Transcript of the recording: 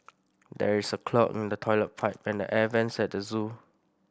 there is a clog in the toilet pipe and the air vents at the zoo